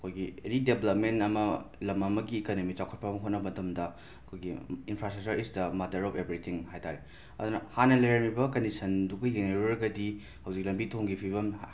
ꯑꯩꯈꯣꯏꯒꯤ any development ꯑꯃ ꯂꯝ ꯑꯃꯒꯤ ꯏꯀꯅꯣꯃꯤ ꯆꯥꯎꯈꯠꯄ ꯍꯣꯠꯅꯕ ꯃꯇꯝꯗ ꯑꯩꯈꯣꯏꯒꯤ infrastructure is the mother of everything ꯍꯥꯏꯇꯥꯔꯦ ꯑꯗꯨꯅ ꯍꯥꯟꯅ ꯂꯩꯔꯝꯃꯤꯕ ꯀꯟꯗꯤꯁꯟꯗꯨꯒ ꯌꯦꯡꯉꯨꯔꯒꯗꯤ ꯍꯧꯖꯤꯛ ꯂꯝꯕꯤ ꯊꯣꯡꯒꯤ ꯐꯤꯕꯝ ꯍꯥ